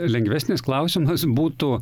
lengvesnis klausimas būtų